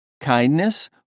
kindness